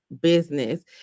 business